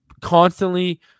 constantly